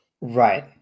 Right